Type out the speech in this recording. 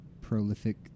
prolific